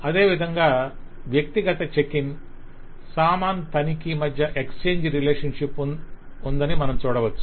అదేవిధంగా వ్యక్తిగత check in సామాను తనిఖీ మధ్య ఎక్స్చేంజి రిలేషన్షిప్ ఉందని మనం చూడవచ్చు